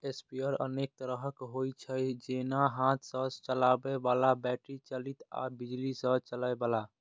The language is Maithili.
स्प्रेयर अनेक तरहक होइ छै, जेना हाथ सं चलबै बला, बैटरी चालित आ बिजली सं चलै बला